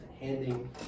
handing